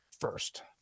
first